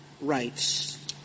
rights